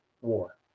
War